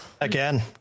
Again